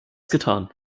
getan